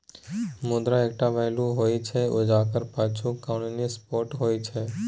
मुद्रा एकटा वैल्यू होइ छै जकर पाछु कानुनी सपोर्ट होइ छै